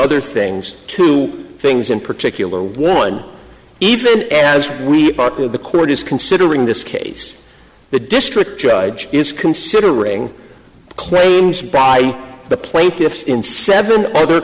other things two things in particular one even as we talk with the court is considering this case the district judge is considering claims by the plaintiffs in seven other